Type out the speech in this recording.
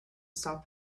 stop